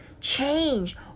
change